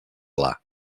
gla